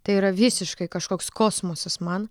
tai yra visiškai kažkoks kosmosas man